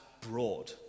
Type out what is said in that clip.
broad